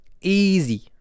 easy